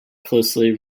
closely